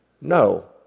No